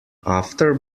after